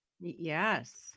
yes